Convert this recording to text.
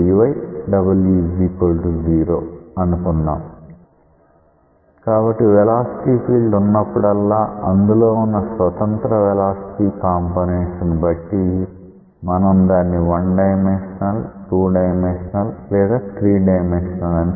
w 0 కాబట్టి velocity field ఉన్నప్పుడల్లా అందులో వున్న స్వతంత్ర వెలాసిటీ కంపోనెంట్స్ ని బట్టి మనం దాన్ని 1 డైమెన్షనల్ 2 డైమెన్షనల్ లేదా 3 డైమెన్షనల్ అని పిలుస్తాం